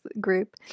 group